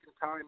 time